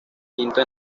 quinto